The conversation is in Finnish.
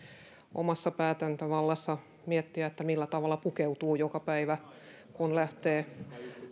omassa päätäntävallassa miettiä millä tavalla pukeutuu joka päivä kun lähtee